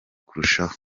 kurushaho